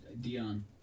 Dion